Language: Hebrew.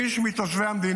זה מה שאני